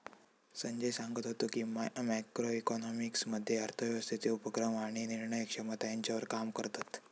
संजय सांगत व्हतो की, मॅक्रो इकॉनॉमिक्स मध्ये अर्थव्यवस्थेचे उपक्रम आणि निर्णय क्षमता ह्यांच्यावर काम करतत